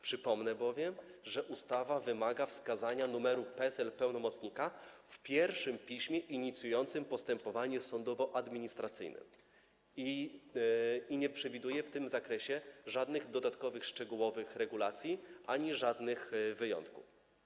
Przypomnę bowiem, że ustawa wymaga wskazania numeru PESEL pełnomocnika w pierwszym piśmie inicjującym postępowanie sądowoadministracyjne i nie przewiduje w tym zakresie żadnych dodatkowych, szczegółowych regulacji ani żadnych wyjątków.